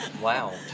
Wow